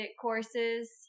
courses